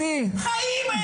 חיים אין.